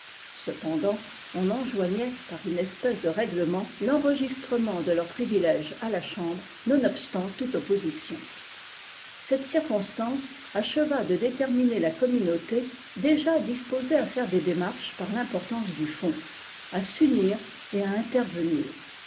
cependant on enjoignait par une espèce de règlement l'enregistrement de leur privilège à la chambre nonobstant toute opposition cette circonstance acheva de déterminer la communauté déjà disposée à faire des démarches par l'importance du fonds à s'unir et à intervenir